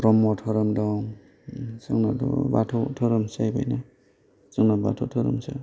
ब्रह्म धोरोम दं जोंनाथ' बाथौ धोरोमसो जाहैबायना जोंना बाथौ धोरोमसो